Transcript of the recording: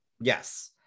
Yes